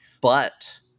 but-